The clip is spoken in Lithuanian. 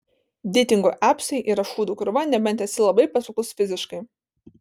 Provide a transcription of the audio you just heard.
deitingų apsai yra šūdų krūva nebent esi labai patrauklus fiziškai